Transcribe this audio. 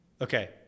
okay